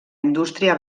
indústria